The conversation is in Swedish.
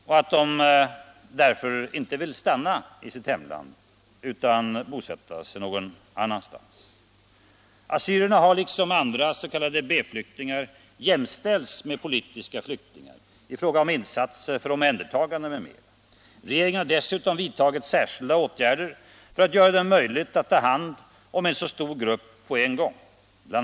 De har därför inte velat stanna i sitt hemland utan önskat bosätta sig någon annanstans. Assyrierna har liksom andra s.k. B-flyktingar jämställts med politiska flyktingar i fråga om insatser för omhändertagande m.m. Regeringen har dessutom vidtagit särskilda åtgärder för att göra det möjligt att ta hand om en så stor grupp på en gång. Bl.